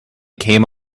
came